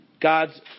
God's